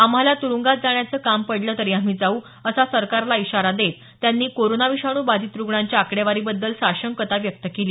आम्हाला तुरुंगात जाण्याचं काम पडले तरी आम्ही जाऊ असा सरकारला इशारा देत त्यांनी कोरोना विषाणू बाधित रुग्णांच्या आकडेवारीबद्दल साशंकता व्यक्त केली